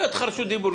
נתתי לך רשות דיבור.